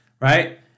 right